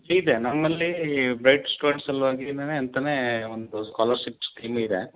C ಇದೆ ನಮ್ಮಲ್ಲಿ ಬೆಟ್ ಸ್ಟೂಡೆಂಟ್ ಸಲುವಾಗಿ ಇಂದನೆ ಅಂತಲೇ ಒಂದು ಸ್ಕಾಲರ್ಶಿಪ್ ಸ್ಕೀಮ್ ಇದೆ